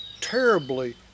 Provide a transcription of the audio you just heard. terribly